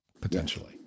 Potentially